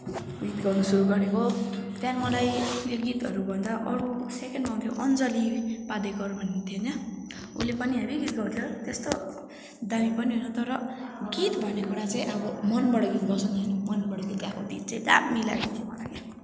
गीत गाउनु सुरु गरेको त्यहाँदेखि मलाई यो गीतहरूभन्दा अर्को सेकेन्डमा थियो अञ्जली पादेकर भन्ने थियो होइन उसले पनि हेभी गीत गाउँथ्यो त्यस्तो दामी पनि होइन तर गीत भन्ने कुरा चाहिँ अब मनबाट गीत गाउँछ नि त होइन मनबाट गीत गाएको दिन चाहिँ दामी लागेको थियो मलाई